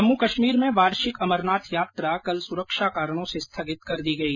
जम्मू कश्मीर में वार्षिक अमरनाथ यात्रा कल सुरक्षा कारणों से स्थगित कर दी गई